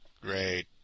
Great